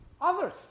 Others